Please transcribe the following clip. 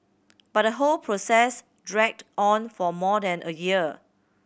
but the whole process dragged on for more than a year